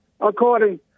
according